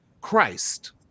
Christ